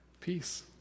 Peace